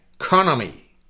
economy